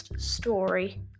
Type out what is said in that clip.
story